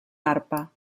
arpa